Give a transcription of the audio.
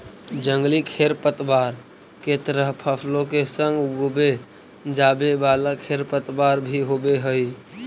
जंगली खेरपतवार के तरह फसलों के संग उगवे जावे वाला खेरपतवार भी होवे हई